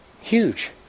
Huge